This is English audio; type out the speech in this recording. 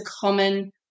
common